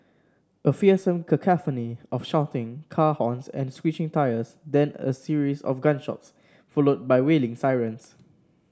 a fearsome cacophony of shouting car horns and screeching tyres then a series of gunshots followed by wailing sirens